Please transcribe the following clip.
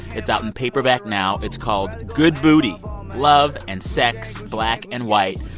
it's out in paperback now. it's called good booty love and sex, black and white,